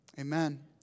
amen